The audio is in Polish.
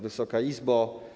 Wysoka Izbo!